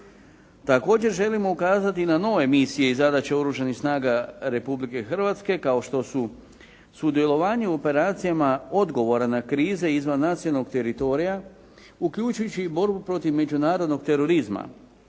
Također želimo ukazati i na nove misije i zadaće Oružanih snaga Republike Hrvatske, kao što su sudjelovanje u operacijama odgovora na krize i izvan nasilnog teritorija, uključujući i borbu protiv međunarodnog terorizma,